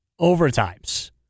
overtimes